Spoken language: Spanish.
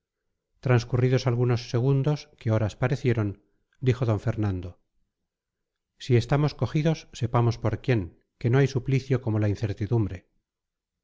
transcurridos algunos segundos que horas parecieron dijo d fernando si estamos cogidos sepamos por quien que no hay suplicio como la incertidumbre